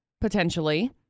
potentially